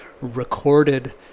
recorded